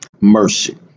mercy